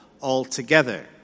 altogether